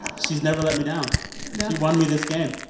she's never let me down no she won me this game.